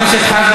חבר הכנסת חזן,